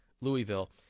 Louisville